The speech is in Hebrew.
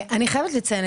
אני חייבת לציין.